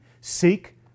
seek